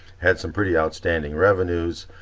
had some pretty outstanding revenues,